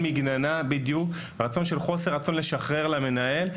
מגננה ולחוסר רצון לשחרר למנהל,